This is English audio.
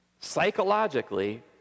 psychologically